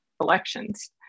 elections